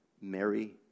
Mary